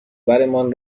برمان